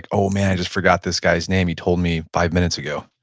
ah oh, man, i just forgot this guy's name, he told me five minutes ago.